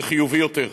לחיובי יותר.